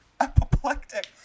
apoplectic